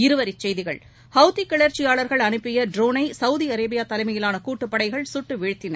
இருவரிச்செய்திகள் ஹவ்திகிளர்ச்சியாளர்கள் அனுப்பியட்ரோனைசவுதிஅரேபியாதலைமையிலானகூட்டுப்படைகள் சுட்டுவீழ்த்தின